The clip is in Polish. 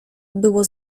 było